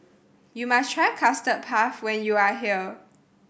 you must try Custard Puff when you are here